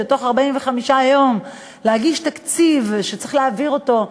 בתוך 45 יום להגיש תקציב שצריך להעביר אותו,